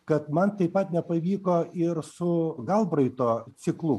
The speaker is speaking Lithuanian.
kad man taip pat nepavyko ir su galbraito ciklu